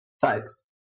folks